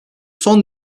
son